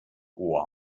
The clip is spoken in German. ohr